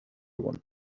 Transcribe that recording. one